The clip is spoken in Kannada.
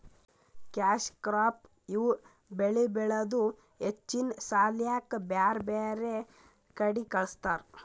ಕ್ಯಾಶ್ ಕ್ರಾಪ್ ಇವ್ ಬೆಳಿ ಬೆಳದು ಹೆಚ್ಚಿನ್ ಸಾಲ್ಯಾಕ್ ಬ್ಯಾರ್ ಬ್ಯಾರೆ ಕಡಿ ಕಳಸ್ತಾರ್